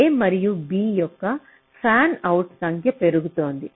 a మరియు b యొక్క fanout సంఖ్య పెరుగుతోంది